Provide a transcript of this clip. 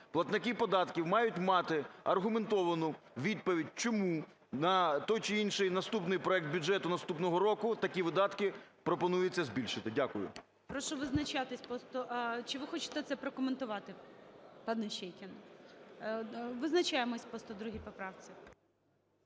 платники податків мають мати аргументовану відповідь, чому на той чи інший наступний проект бюджету наступного року такі видатки пропонується збільшити. Дякую. ГОЛОВУЮЧИЙ. Прошу визначатися по сто… чи ви хочете це прокоментувати, пане Іщейкін? Визначаймося по 102 поправці.